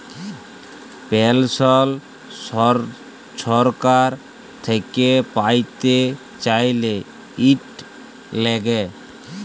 পেলসল ছরকার থ্যাইকে প্যাইতে চাইলে, ইট ল্যাগে